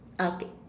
okay